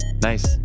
Nice